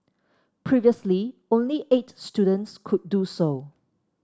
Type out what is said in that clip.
previously only eight students could do so